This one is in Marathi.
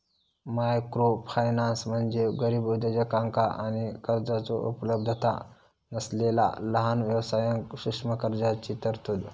मायक्रोफायनान्स म्हणजे गरीब उद्योजकांका आणि कर्जाचो उपलब्धता नसलेला लहान व्यवसायांक सूक्ष्म कर्जाची तरतूद